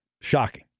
Shocking